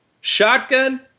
Shotgun